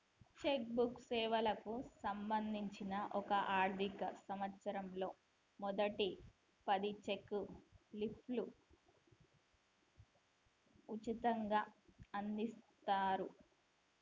check book సేవలకు సంబంధించి ఒక ఆర్థిక సంవత్సరంలో మొదటి పది చెక్ లీఫ్లు ఉచితంగ అందిత్తరు